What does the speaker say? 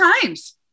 times